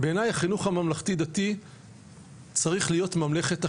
בעיניי החינוך הממלכתי דתי צריך להיות ממלכת החיבורים.